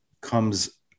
comes